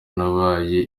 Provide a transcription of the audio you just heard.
nabaye